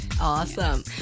Awesome